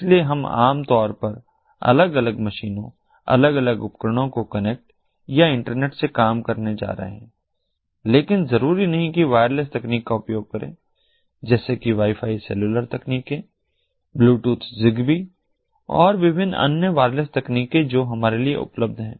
इसलिए हम आम तौर पर अलग अलग मशीनों अलग अलग उपकरणों को कनेक्ट या इंटरनेट से काम करने जा रहे हैं लेकिन जरूरी नहीं कि वायरलेस तकनीक का उपयोग करें जैसे कि वाई फाई सेलुलर तकनीके ब्लूटूथ ज़िगबी और विभिन्न अन्य वायरलेस तकनीकें जो हमारे लिए उपलब्ध हैं